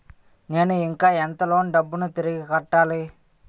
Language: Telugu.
నేను ఇంకా ఎంత లోన్ డబ్బును తిరిగి కట్టాలి?